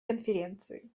конференции